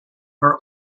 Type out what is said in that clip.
are